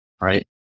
right